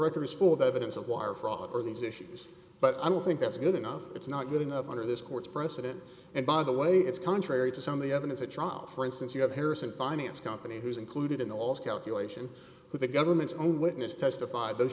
records full of evidence of wire fraud or these issues but i don't think that's good enough it's not good enough under this court's precedent and by the way it's contrary to some of the evidence at trial for instance you have harrison finance company who's included in the last calculation who the government's own witness testified those